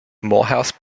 morehouse